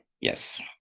Yes